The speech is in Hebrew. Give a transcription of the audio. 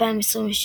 שנת 2026.